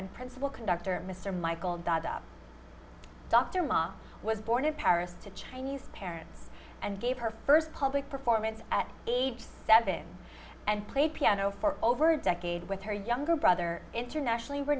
and principal conductor mr michael dodd of dr maya was born in paris to chinese parents and gave her first public performance at age seven and played piano for over a decade with her younger brother internationally